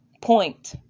point